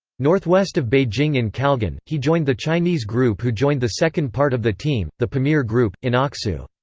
northwest of beijing in kalgan, he joined the chinese group who joined the second part of the team, the pamir group, in aksu.